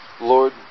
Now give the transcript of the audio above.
Lord